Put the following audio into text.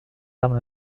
armes